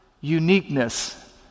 uniqueness